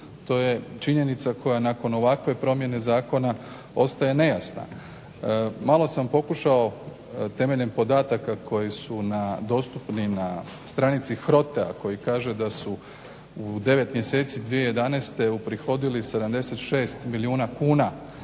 To je činjenica koja nakon ovakve promjene zakona ostaje nejasna. Malo sam pokušao temeljem podataka koji su dostupni na stranici HROTE-a koji kaže da su u 9 mjeseci 2011. uprihodili 76 milijuna kuna